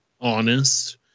honest